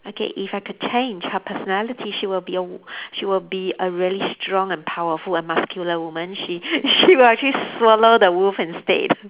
okay if I can change her personality she will be a w~ she will be a really strong and powerful and muscular woman she she will actually swallow the wolf instead